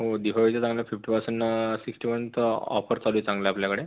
हो दिवाळीच्या चांगल्या फिफ्टी पर्सेंट सिक्स्टीपर्यंत ऑफर चालू आहे चांगल्या आपल्याकडे